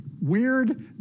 Weird